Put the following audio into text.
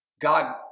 God